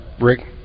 Rick